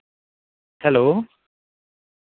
hello